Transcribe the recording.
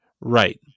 Right